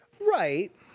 right